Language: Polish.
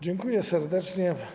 Dziękuję serdecznie.